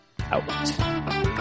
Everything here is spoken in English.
out